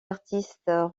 artistes